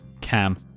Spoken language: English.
Cam